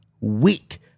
week